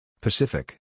Pacific